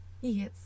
Yes